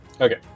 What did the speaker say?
Okay